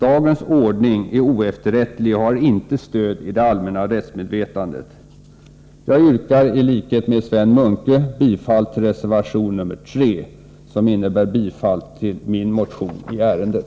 Dagens ordning är oefterrättlig och har inte stöd i det allmänna rättsmedvetandet. Jag yrkar i likhet med Sven Munke bifall till reservation nr 3, som innebär bifall till min motion i ärendet.